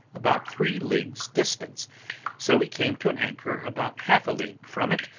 about three leagues' distance so we came to an anchor about half a league from it,